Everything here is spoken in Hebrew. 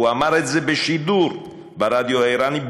והוא אמר את זה בשידור ברדיו האיראני,